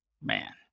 man